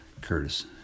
Curtis